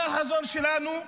זה החזון שלנו.